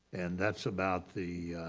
and that's about the